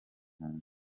muntu